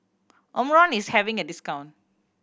omron is having a discount